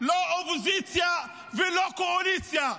לא אופוזיציה ולא קואליציה,